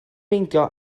meindio